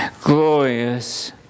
Glorious